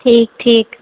ठीक ठीक